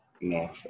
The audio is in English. No